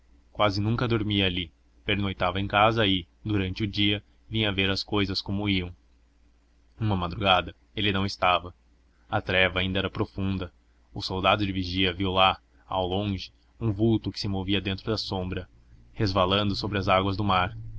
quase nunca dormia ali pernoitava em casa e durante o dia vinha ver as cousas como iam uma madrugada ele não estava a treva ainda era profunda o soldado de vigia viu lá ao longe um vulto que se movia dentro da sombra resvalando sobre as águas do mar